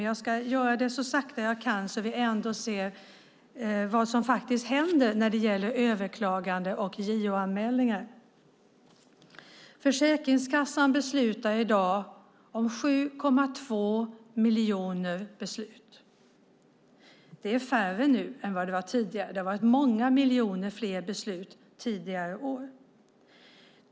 Jag ska göra det så sakta jag kan, så att vi ändå ser vad som faktiskt händer när det gäller överklaganden och JO-anmälningar. Försäkringskassan fattar i dag 7,2 miljoner beslut. Det är färre nu än det har varit tidigare. Det har varit många miljoner fler beslut tidigare år.